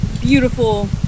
beautiful